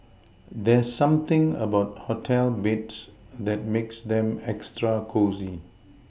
there's something about hotel beds that makes them extra cosy